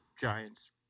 Giants